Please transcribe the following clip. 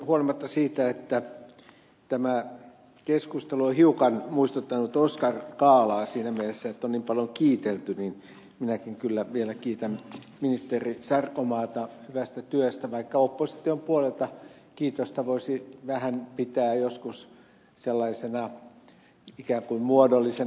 huolimatta siitä että tämä keskustelu on hiukan muistuttanut oscar gaalaa siinä mielessä että on niin paljon kiitelty niin minäkin kyllä vielä kiitän ministeri sarkomaata hyvästä työstä vaikka opposition puolelta kiitosta voisi vähän pitää joskus sellaisena ikään kuin muodollisena